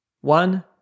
One